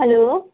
hello